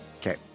okay